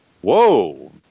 Whoa